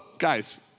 Guys